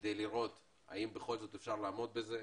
כדי לראות האם בכל זאת אפשר לעמוד בזה.